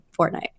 Fortnite